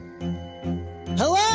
Hello